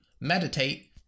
meditate